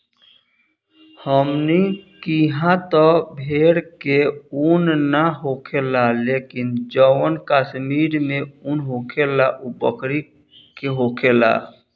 हमनी किहा त भेड़ के उन ना होखेला लेकिन जवन कश्मीर में उन होखेला उ बकरी के होखेला